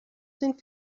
den